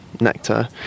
nectar